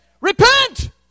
repent